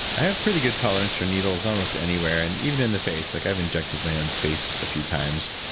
i have pretty good tolerance for needles almost anywhere and even in the face. like i've injected my own face a few times.